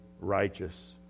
righteous